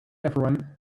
everyone